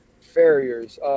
Farriers